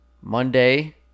Monday